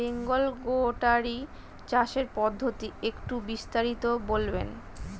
বেঙ্গল গোটারি চাষের পদ্ধতি একটু বিস্তারিত বলবেন?